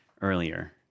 earlier